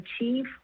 achieve